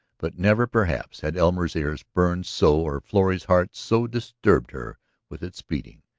but never, perhaps, had elmer's ears burned so or florrie's heart so disturbed her with its beating.